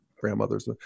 grandmothers